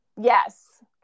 Yes